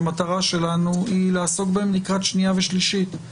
כשהמטרה שלנו היא לעסוק בהן לקראת הקריאה השנייה והשלישית,